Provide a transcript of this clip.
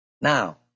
now